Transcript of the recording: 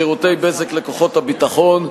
שירותי בזק לכוחות הביטחון,